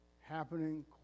Happening